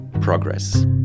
progress